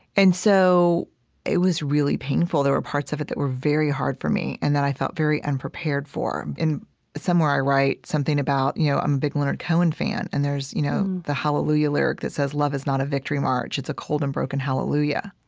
and so it was really painful. there were parts of it that were very hard for me and that i felt very unprepared for. somewhere i write something about, you know, i'm a big leonard cohen fan and there's you know the hallelujah lyric that says, love is not a victory march, it's a cold and broken hallelujah.